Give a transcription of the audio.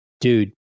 dude